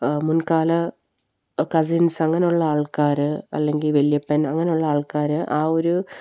മുൻകാല കസിൻസ് അങ്ങനെയുള്ള ആൾക്കാര് അല്ലെങ്കില് വല്യപ്പൻ അങ്ങനെയുള്ള ആൾക്കാര് ആ ഒരു